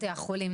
בתי החולים